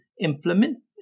implement